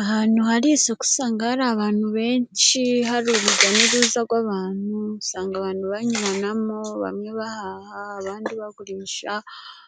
Ahantu hari isoko usanga hari abantu benshi, hari urujya n'uruza rw'abantu, usanga abantu banyuranamo, bamwe bahaha, abandi bagurisha,